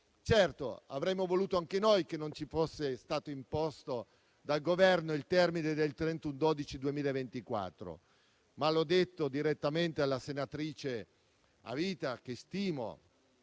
Certo, avremmo voluto anche noi che non ci fosse stato imposto dal Governo il termine del 31 dicembre 2024. Ma, come ho detto direttamente alla senatrice a vita Cattaneo,